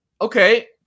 Okay